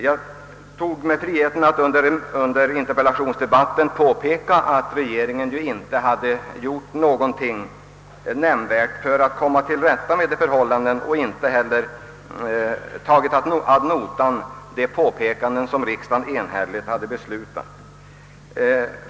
Jag tog mig friheten att under remissdebatten påpeka att regeringen inte hade gjort något nämnvärt för att komma till rätta med dessa förhållanden och inte heller tagit ad notam de påpekanden som två riksdagar enhälligt hade beslutat.